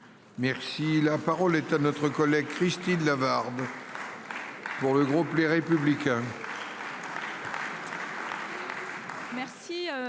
Merci la parole est à notre collègue Christine Lavarde. Pour le groupe Les Républicains.